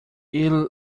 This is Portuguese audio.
ele